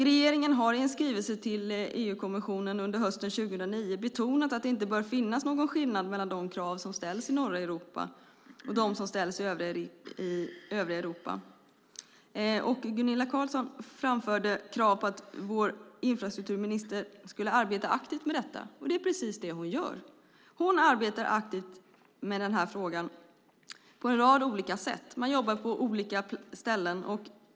Regeringen har i en skrivelse till EU-kommissionen hösten 2009 betonat att det inte bör finnas någon skillnad mellan de krav som ställs i norra Europa och de krav som ställs i övriga Europa. Gunilla Carlsson framförde krav på att vår infrastrukturminister skulle arbeta aktivt med detta. Ja, det är precis det hon gör. Hon arbetar aktivt med frågan på en rad olika sätt. Man jobbar på olika ställen.